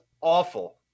awful